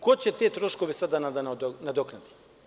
Ko će te troškove sada da nadoknadi?